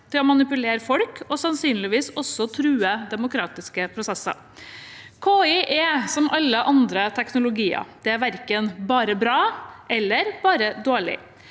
til å manipulere folk og sannsynligvis også true demokratiske prosesser. KI er som alle andre teknologier – det er verken bare bra eller bare dårlig.